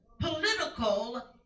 political